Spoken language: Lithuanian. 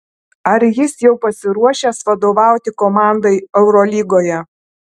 ar jis jau pasiruošęs vadovauti komandai eurolygoje